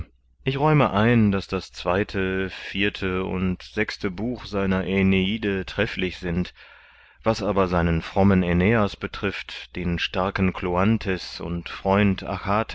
ich räume ein daß das zweite vierte und sechste buch seiner aeneide trefflich sind was aber seinen frommen aeneas betrifft den starken cloanthes und freund